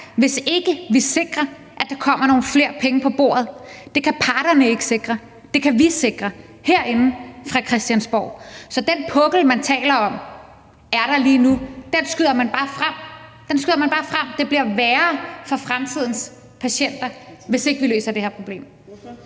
hvis ikke vi sikrer, at der kommer nogle flere penge på bordet. Det kan parterne ikke sikre. Det kan vi sikre herinde fra Christiansborg. Så den pukkel, man taler om er der lige nu, fremskyder man bare. Den fremskyder man bare. Det bliver værre for fremtidens patienter, hvis ikke vi løser det her problem.